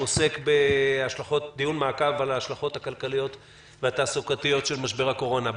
הוא עוסק במעקב על ההשלכות הכלכליות והתעסוקתיות של משבר הקורונה.